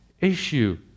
issue